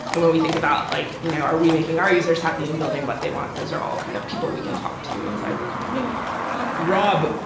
and when we think about like you know are we making our users happy in building what they want? those are all kind of people we can talk to inside the company rob,